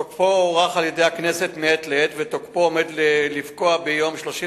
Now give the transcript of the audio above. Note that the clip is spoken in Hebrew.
תוקפו הוארך על-ידי הכנסת מעת לעת ועומד לפקוע ביום 31